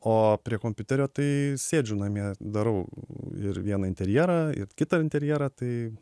o prie kompiuterio tai sėdžiu namie darau ir vieną interjerą ir kitą interjerą tai